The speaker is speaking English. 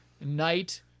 Knight